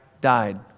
died